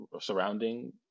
surrounding